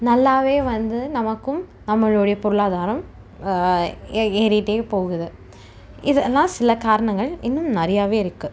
நல்லாவே வந்து நமக்கும் நம்மளுடைய பொருளாதாரம் ஏ ஏறிக்கிட்டே போகுது இதெல்லாம் சில காரணங்கள் இன்னும் நிறையாவே இருக்கு